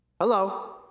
Hello